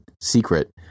secret